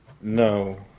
No